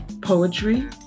poetry